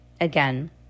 again